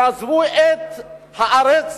עזבו את הארץ